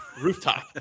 rooftop